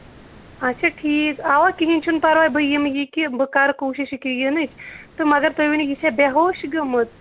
اَچھا ٹھیٖک اَوا کِہیٖنۍ چھُنہٕ پَرواے بہٕ یِمہٕ یہِ کہِ بہٕ کَرٕ کوٗشِش ییٚکیٛاہ یِنٕچ تہٕ مَگر تُہۍ ؤنِو یہِ چھا بے ہوش گٔمٕژ